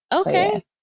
Okay